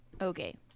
Okay